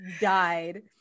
died